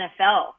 NFL